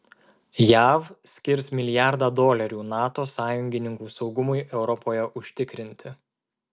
jav skirs milijardą dolerių nato sąjungininkų saugumui europoje užtikrinti